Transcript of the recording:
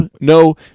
no